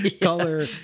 color